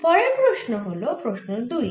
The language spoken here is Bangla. পরের প্রশ্ন হল প্রশ্ন দুই